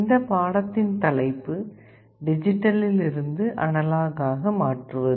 இந்த பாடத்தின் தலைப்பு டிஜிட்டலில் இருந்து அனலாக் ஆக மாற்றுவது